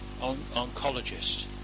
oncologist